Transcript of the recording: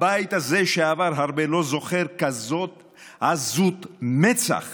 הבית הזה, שעבר הרבה, לא זוכר כזאת עזות מצח